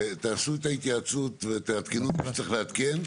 תעשו את ההתייעצות ותעדכנו במה שצריך לעדכן,